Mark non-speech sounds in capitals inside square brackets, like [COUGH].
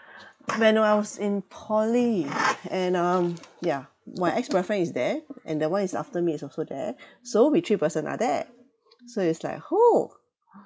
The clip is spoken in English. when I was in poly and um yeah my ex boyfriend is there and the one is after me is also there so we three person are there so it's like [NOISE]